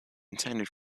intended